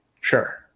sure